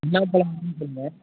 என்ன பழம் வேணுன்னு சொல்லுங்கள்